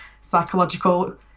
psychological